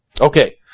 Okay